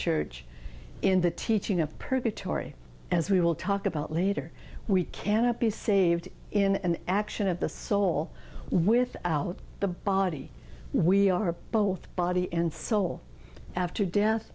church in the teaching of purgatory as we will talk about later we cannot be saved in an action of the soul with out the body we are both body and soul after death